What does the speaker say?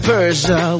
Persia